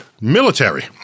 military